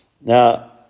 Now